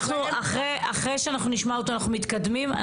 אחרי שאנחנו נשמע אותו אנחנו מתקדמים.